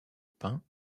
pins